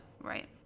Right